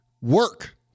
work